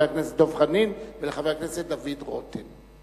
הכנסת דב חנין ולחבר הכנסת דוד רותם.